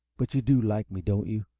but you do like me, don't you?